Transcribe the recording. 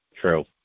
True